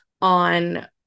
on